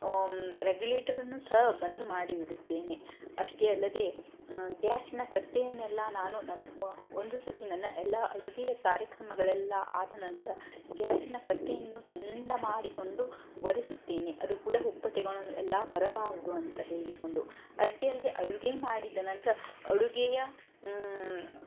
ರೆಗ್ಯುಲೇಟರನ್ನು ಸಹ ಬಂದ್ ಮಾಡಿ ಇಡುತ್ತೇನೆ ಅಷ್ಟೇ ಅಲ್ಲದೆ ಗ್ಯಾಸಿನ ಕಟ್ಟೆಯನ್ನೆಲ್ಲ ನಾನು ನನ್ನ ಒಂದು ಸರ್ತಿ ನನ್ನ ಎಲ್ಲ ಅಡುಗೆಯ ಕಾರ್ಯಕ್ರಮಗಳೆಲ್ಲ ಆದನಂತರ ಗ್ಯಾಸಿನ ಕಟ್ಟೆಯನ್ನು ಚೆಂದ ಮಾಡಿಕೊಂಡು ಒರೆಸುತ್ತೇನೆ ಅದು ಹುಳ ಹುಪ್ಪಟೆಗಳನ್ನು ಎಲ್ಲ ಬರಬಾರದು ಅಂತ ಹೇಳಿಕೊಂಡು ಅಷ್ಟೇ ಅಲ್ಲದೇ ಅಡುಗೆ ಮಾಡಿದ ನಂತರ ಅಡುಗೆಯ